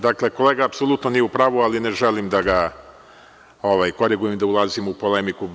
Dakle, kolega apsolutno nije u pravu, ali ne želim da ga korigujem i da ulazim u polemiku.